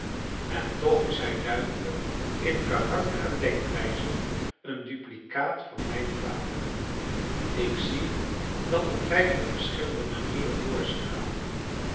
en toch is hij duidelijk in karakter en denkwijze een duplicaat van mijnen vader ik zie dat op vijftig verschillende manieren